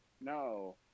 No